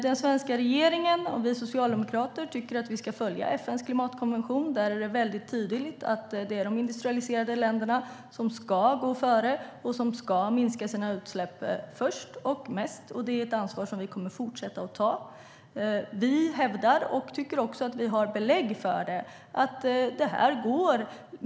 Den svenska regeringen och vi socialdemokrater tycker att vi ska följa FN:s klimatkonvention. Där är det tydligt att det är de industrialiserade länderna som ska gå före och som ska minska sina utsläpp först och mest. Det är ett ansvar som vi kommer att fortsätta ta. Vi hävdar, och tycker att vi har belägg för, att det kommer att gå.